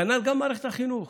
כנ"ל גם מערכת החינוך.